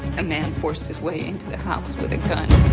a man forced his way into the house with a gun.